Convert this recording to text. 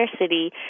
city